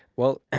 well,